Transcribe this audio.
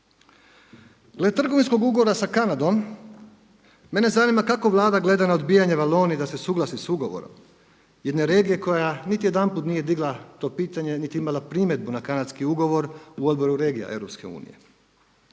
Glede trgovinskog ugovora sa Kanadom, mene zanima kako Vlada gleda na odbijanje Valonije da se suglasi sa ugovorom, jedne regije koja niti jedanput nije digla to pitanje, niti je imala primjedbu na kanadski ugovor u Odboru regija EU.